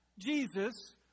Jesus